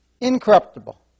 Incorruptible